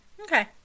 Okay